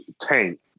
tank